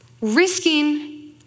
risking